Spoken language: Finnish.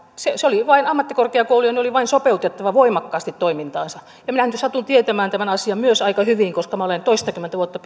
ammattikorkeakoulujen oli vain sopeutettava voimakkaasti toimintaansa minä satun tietämään tämän asian aika hyvin myös siksi että olen ollut pitkästi toistakymmentä vuotta